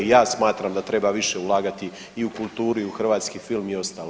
Ja smatram da treba više ulagati i u kulturu i u hrvatski film i ostalo.